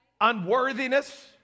unworthiness